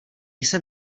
jsem